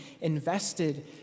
invested